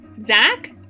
Zach